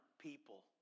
people